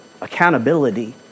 accountability